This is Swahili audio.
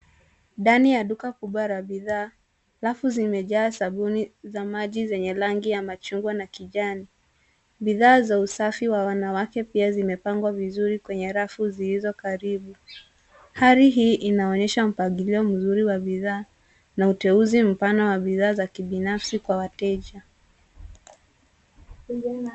Ndani ya duka kubwa la bidhaa, rafu zimejaa sabuni za maji zenye rangi ya machungwa na kijani. Bidhaa za usafi wa wanawake pia zimepangwa vizuri kwenye rafu zilizo karibu. Hali hii inaonyesha mpangilio mzuri wa bidhaa na uteuzi mpana wa bidhaa za kibinafsi kwa wateja.